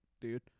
dude